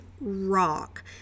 rock